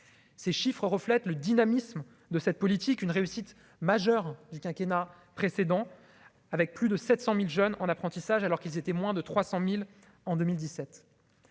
ces chiffres reflètent le dynamisme de cette politique, une réussite majeure du quinquennat précédent avec plus de 700000 jeunes en apprentissage alors qu'ils étaient moins de 300000 en 2017,